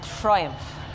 triumph